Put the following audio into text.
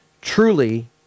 truly